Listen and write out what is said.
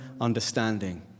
understanding